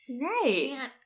right